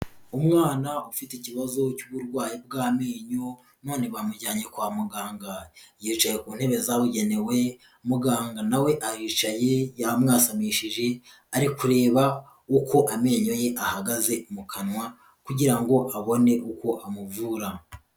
Umwana ufite ikibazo cy'uburwayi bw'amenyo, none bamujyanye kwa muganga. Yicaye ku ntebe zabugenewe, muganga na we aricaye yamwasamishije, ari kureba uko amenyo ye ahagaze mu kanwa, kugira ngo abone uko amuvura.